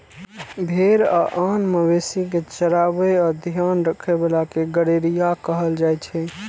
भेड़ आ आन मवेशी कें चराबै आ ध्यान राखै बला कें गड़ेरिया कहल जाइ छै